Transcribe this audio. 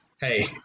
hey